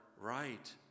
right